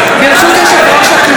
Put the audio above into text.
הינני מתכבדת להודיעכם,